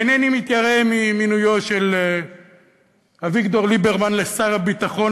אינני מתיירא ממינויו של אביגדור ליברמן לשר הביטחון,